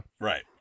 right